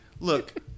Look